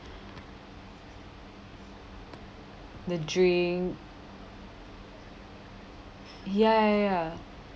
the drink ya ya ya